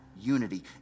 unity